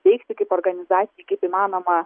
veikti kaip organizacijai kaip įmanoma